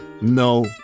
No